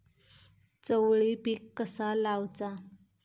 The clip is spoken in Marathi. चवळी पीक कसा लावचा?